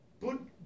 put